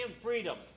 freedom